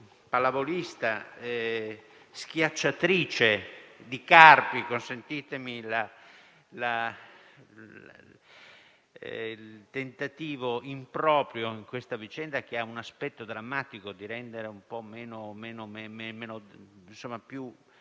pallavolista, schiacciatrice di Carpi - consentitemi il tentativo, improprio in questa vicenda che ha un aspetto drammatico, di rendere un po' più